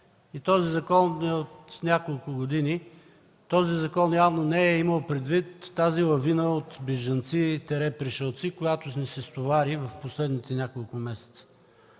Този закон е от няколко години. Този закон явно не е имал предвид тази лавина от бежанци – пришълци, която ни се стовари в последните няколко месеца,